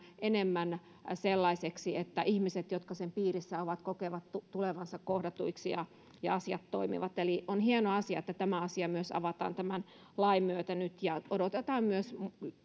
enemmän sellaiseksi että ihmiset jotka sen piirissä ovat kokevat tulevansa kohdatuiksi ja että asiat toimivat eli on hieno asia että myös tämä asia avataan tämän lain myötä nyt ja odotetaan sinne myös